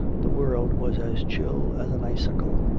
the world was as chill as an icicle.